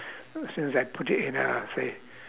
oo since I put it in uh they